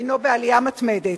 הינו בעלייה מתמדת.